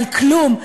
אבל כלום.